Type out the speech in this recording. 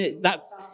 thats